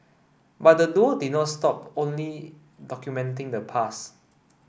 but the duo did not stop only documenting the past